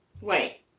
Wait